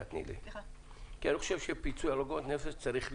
כי אני חושב שפיצוי על עגמת נפש צריך להיות.